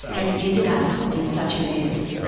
has ended up in such a mess.